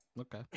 Okay